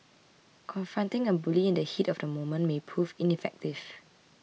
confronting a bully in the heat of the moment may prove ineffective